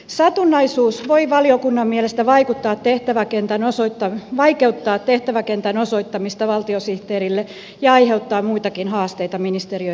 satunnaisuus voi valiokunnan mielestä vaikeuttaa tehtäväkentän osoittamista valtiosihteerille ja aiheuttaa muitakin haasteita ministeriön johdossa